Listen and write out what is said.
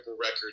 record